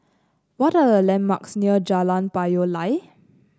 what are the landmarks near Jalan Payoh Lai